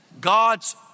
God's